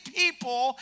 people